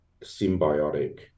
symbiotic